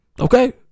Okay